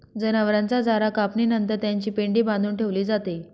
जनावरांचा चारा कापणी नंतर त्याची पेंढी बांधून ठेवली जाते